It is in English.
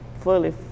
Fully